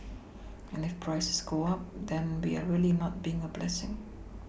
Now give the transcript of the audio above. and if prices go up then we are really not being a blessing